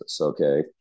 Okay